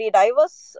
diverse